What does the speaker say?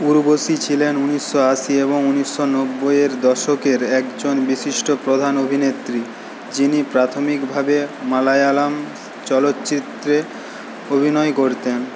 ঊর্বশী ছিলেন ঊনিশশো আশি এবং ঊনিশশো নব্বইয়ের দশকের একজন বিশিষ্ট প্রধান অভিনেত্রী যিনি প্রাথমিকভাবে মালায়ালাম চলচ্চিত্রে অভিনয় করতেন